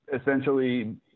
essentially